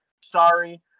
sorry